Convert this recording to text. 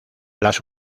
las